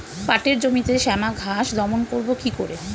পাটের জমিতে শ্যামা ঘাস দমন করবো কি করে?